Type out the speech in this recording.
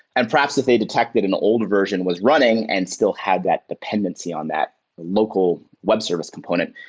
and perhaps if they detect that an old version was running and still had that dependency on that local web service component,